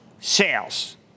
sales